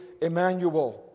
Emmanuel